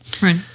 Right